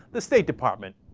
the state department